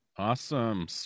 awesome